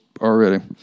already